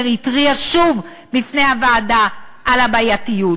התריעה שוב בפני הוועדה על הבעייתיות.